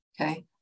Okay